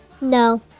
No